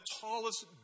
tallest